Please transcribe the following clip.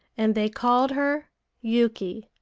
and they called her yuki,